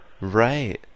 Right